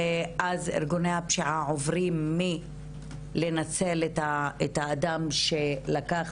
ואז ארגוני הפשיעה עוברים מלנצל את האדם שלקח